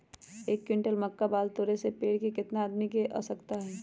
एक क्विंटल मक्का बाल तोरे में पेड़ से केतना आदमी के आवश्कता होई?